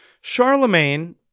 Charlemagne